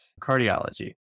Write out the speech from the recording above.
Cardiology